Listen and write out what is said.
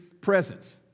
presence